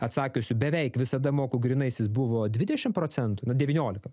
atsakiusių beveik visada moku grynaisiais buvo dvidešimt procentų na devyniolika